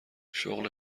شغل